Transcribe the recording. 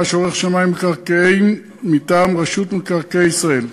שעורך שמאי מקרקעין מטעם רשות מקרקעי ישראל.